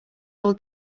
all